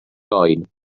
oen